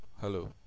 Hello